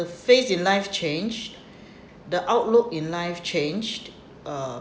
the phase in life changed the outlook in life changed uh